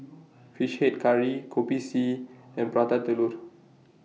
Fish Head Curry Kopi C and Prata Telur